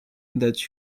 that